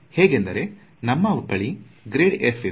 ಹೇಗೆಂದರೆ ನಮ್ಮ ಬಳಿ ಇದೆ